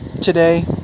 today